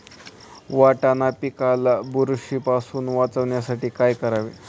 वाटाणा पिकाला बुरशीपासून वाचवण्यासाठी काय करावे?